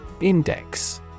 Index